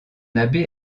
abbé